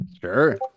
Sure